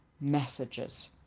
messages